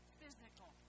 physical